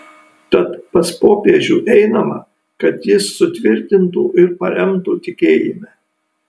tad pas popiežių einama kad jis sutvirtintų ir paremtų tikėjime